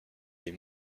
les